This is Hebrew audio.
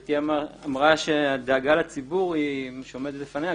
גברתי אמרה שדאגה לציבור עומדת לפניה.